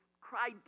cried